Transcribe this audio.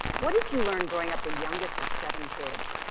what did you learn growing up the youngest of seven kids?